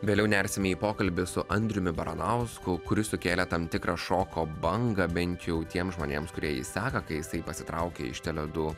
vėliau nersime į pokalbį su andriumi baranausku kuris sukėlė tam tikrą šoko bangą bent jau tiems žmonėms kurie jį seka kai jisai pasitraukė iš tele du